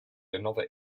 another